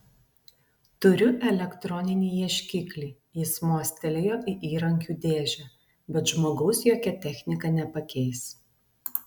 turiu elektroninį ieškiklį jis mostelėjo į įrankių dėžę bet žmogaus jokia technika nepakeis